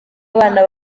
abana